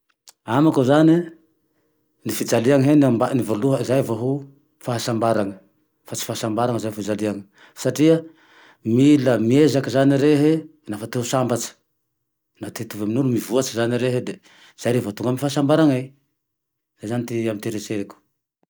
Amiko zane e, ny fijaliny he no ambany, ny voalohany zay vo ho fahasambarane, fa tsy fahasambarane zao vo fijaliane satria mila miezaky zane rehe lafa te ho sambatsy, na te hitovy amin'olo, mivoatsy zane rehe de zay vo rehe vo tonga amy fahasambarane, zay zane amy ty eritreriko.